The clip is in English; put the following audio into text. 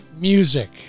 music